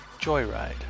Joyride